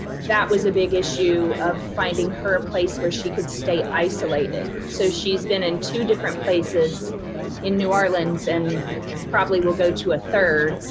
that was a big issue of finding her a place where she could stay isolated. so she has been in two different places in new orleans and probably will go to a third.